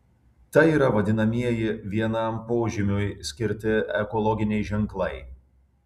tai yra vadinamieji vienam požymiui skirti ekologiniai ženklai